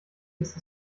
ist